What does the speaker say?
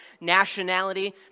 nationality